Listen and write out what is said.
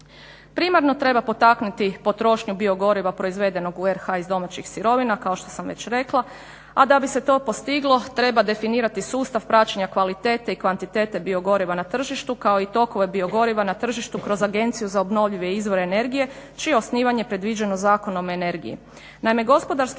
Primarno treba potaknuti potrošnju biogoriva proizvedenog u RH iz domaćih sirovina kao što sam već rekla, a da bi se to postiglo treba definirati sustav praćenja kvalitete i kvantitete biogoriva na tržištu kao i tokove biogoriva na tržištu kroz Agenciju za obnovljive izvore energije čije je osnivanje predviđeno Zakonom o energiji.